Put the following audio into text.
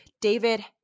David